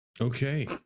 okay